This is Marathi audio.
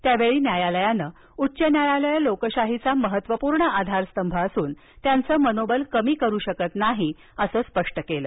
यावेळी न्यायालयानं उच्च न्यायालयं लोकशाहीचा महत्वपूर्ण आधारस्तभ असूनत्यांच मनोबल कमी करु शकत नाही असं सांगितलं